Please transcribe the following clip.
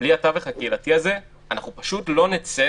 בלי התווך הקהילתי הזה אנחנו פשוט לא נצא